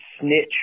snitch